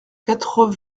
quatre